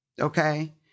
Okay